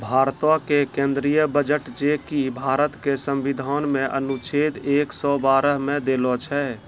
भारतो के केंद्रीय बजट जे कि भारत के संविधान मे अनुच्छेद एक सौ बारह मे देलो छै